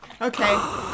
Okay